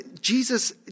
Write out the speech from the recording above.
Jesus